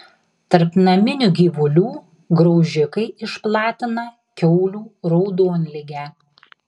tarp naminių gyvulių graužikai išplatina kiaulių raudonligę